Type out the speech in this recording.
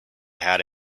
had